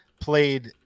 played